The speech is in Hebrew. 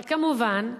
אבל כמובן,